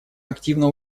активно